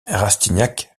rastignac